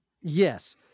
Yes